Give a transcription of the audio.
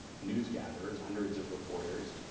news gatherers, hundreds of reporters,